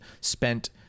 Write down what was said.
spent